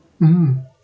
mm